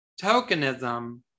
Tokenism